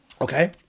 Okay